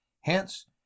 Hence